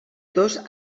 dos